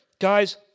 guys